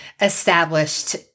established